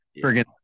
forget